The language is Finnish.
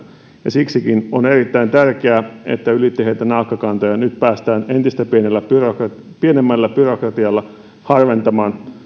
ja siksikin on erittäin tärkeää että ylitiheitä naakkakantoja nyt päästään entistä pienemmällä byrokratialla harventamaan